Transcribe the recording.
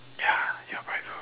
ya you are right bro